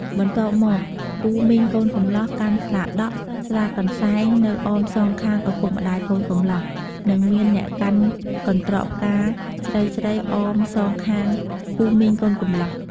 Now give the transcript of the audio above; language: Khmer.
បន្ទាប់មកពូមីងកូនកំលោះកាន់ស្លាដក់ ស្លាកន្សែងនៅអមសងខាងឪពុកម្តាយកូនកំលោះ និងមានអ្នកកាន់កន្ត្រកផ្កាស្រីៗអមសងខាងពូមីងកូនកំលោះ។